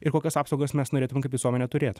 ir kokias apsaugas mes norėtumėm kad visuomenė turėt